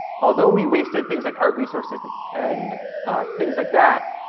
although we wasted things like art resources and things like that,